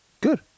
Good